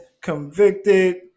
convicted